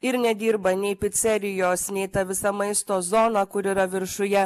ir nedirba nei picerijos nei ta visa maisto zona kur yra viršuje